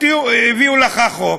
הביאו לך חוק,